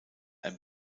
ein